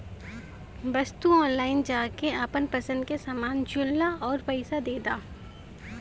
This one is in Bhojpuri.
बस तू ऑनलाइन जाके आपन पसंद के समान चुनला आउर पइसा दे दा